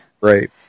right